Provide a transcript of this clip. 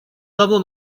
давно